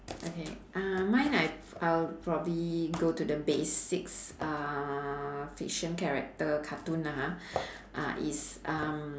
okay uh mine I I'll probably go to the basics uh fiction character cartoon lah ha uh is um